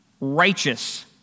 righteous